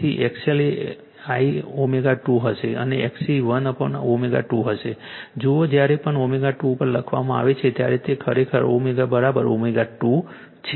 તેથી XL એ l ω2 હશે અને XC 1ω2 હશે જુઓ જ્યારે પણ ω2 ઉપર લખવામાં આવે છે ત્યારે તે ખરેખર ω ω2 છે